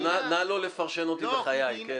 נא לא לפרשן אותי בחיי.